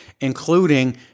including